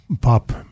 Pop